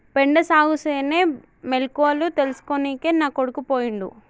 బెండ సాగుసేనే మెలకువల తెల్సుకోనికే నా కొడుకు పోయిండు